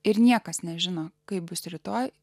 ir niekas nežino kaip bus rytoj